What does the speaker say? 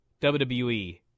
WWE